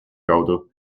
kaudu